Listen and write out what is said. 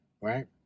right